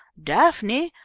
daphne,